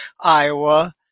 Iowa